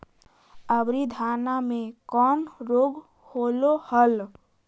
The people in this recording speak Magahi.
अबरि धाना मे कौन रोग हलो हल?